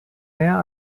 mehr